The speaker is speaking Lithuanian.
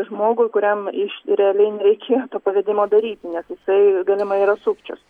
žmogui kuriam iš realiai nereikėjo to pavedimo daryti nes jisai galimai yra sukčius